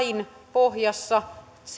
pohjassa